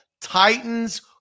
Titans